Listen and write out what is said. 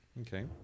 Okay